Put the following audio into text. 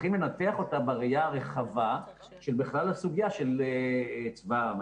צריכים לנתח אותה בראייה הרחבה של בכלל הסוגיה של צבא העם.